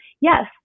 yes